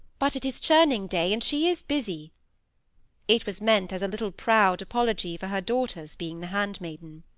but it is churning day, and she is busy it was meant as a little proud apology for her daughter's being the handmaiden.